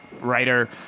writer